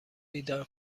بیدار